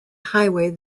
highway